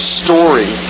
story